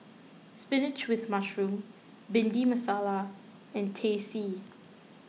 Spinach with Mushroom Bhindi Masala and Teh C